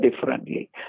differently